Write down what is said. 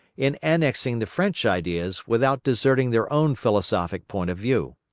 in annexing the french ideas without deserting their own philosophic point of view.